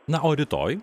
na o rytoj